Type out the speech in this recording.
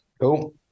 Cool